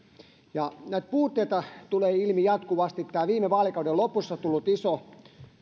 näitä puutteita tulee ilmi jatkuvasti tämä viime vaalikauden lopussa tullut iso